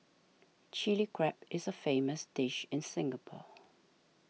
Chilli Crab is a famous dish in Singapore